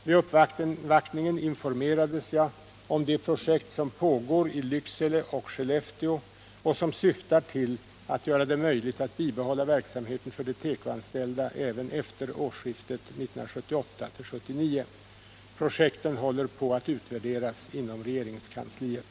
Vid uppvaktningen informerades jag om de projekt som pågår i Lycksele och Skellefteå och som syftar till att göra det möjligt att bibehålla verksamheten för de tekoanställda även efter årsskiftet 1978-1979. Projekten håller på att utvärderas inom regeringskansliet.